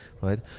right